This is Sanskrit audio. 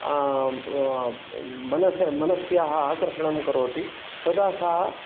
मनस मनस्याः आकर्षणं करोति तदा सा